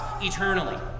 eternally